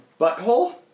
butthole